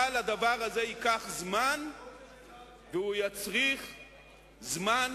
אבל הדבר הזה ייקח זמן והוא יצריך זמן,